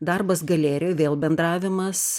darbas galerijoj vėl bendravimas